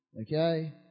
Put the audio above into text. okay